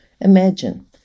Imagine